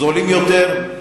זולים יותר,